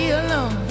alone